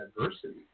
adversity